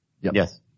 Yes